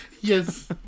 Yes